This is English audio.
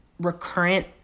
recurrent